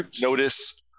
notice